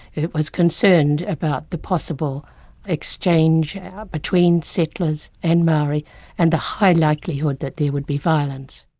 it was concerned about the possible exchange between settlers and maori and the high likelihood that there would be violence.